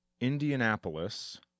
indianapolis